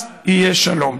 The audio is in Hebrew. אז יהיה שלום.